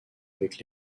avec